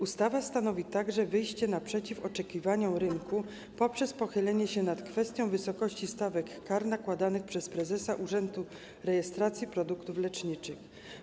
Ustawa stanowi także wyjście naprzeciw oczekiwaniom rynku poprzez pochylenie się nad kwestią wysokości stawek kar nakładanych przez prezesa urzędu rejestracji produktów leczniczych.